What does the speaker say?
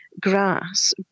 grass